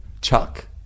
Chuck